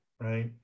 right